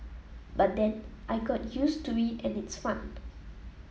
but then I got used to it and its fun